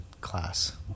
class